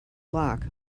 lock